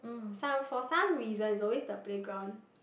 some for some reasons is always the playground